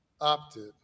opted